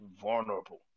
vulnerable